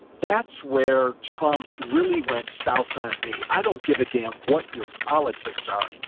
that's where trump really went south on me. i don't give a damn what your politics are.